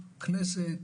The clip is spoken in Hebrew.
כנסת,